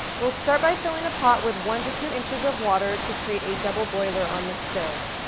we'll start by filling a pot with one-to-two inches of water to create a double boiler on the stove.